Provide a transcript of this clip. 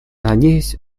надеюсь